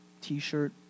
t-shirt